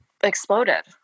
exploded